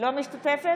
אינה משתתפת